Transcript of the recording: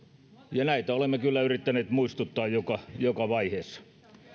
näistä olemme kyllä yrittäneet muistuttaa joka joka vaiheessa